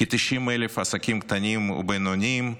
כ-90,000 עסקים קטנים ובינוניים,